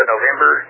November